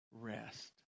rest